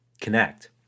connect